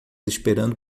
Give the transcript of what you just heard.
esperando